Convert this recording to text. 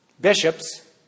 bishops